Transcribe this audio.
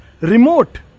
remote